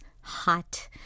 hot